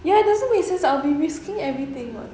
ya it doesn't make sense I'll be risking everything [what]